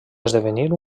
esdevenir